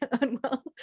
unwell